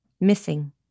missing